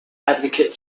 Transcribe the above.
advocate